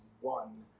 one